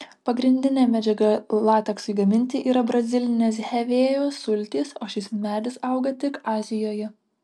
pagrindinė medžiaga lateksui gaminti yra brazilinės hevėjos sultys o šis medis auga tik azijoje